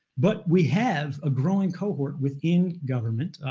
but we have a growing cohort within government,